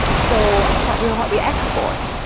so what we what we export,